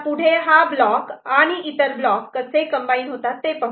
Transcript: पुढे हा ब्लॉक आणि इतर ब्लॉक कसे कम्बाईन होतात ते पाहू